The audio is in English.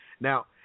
Now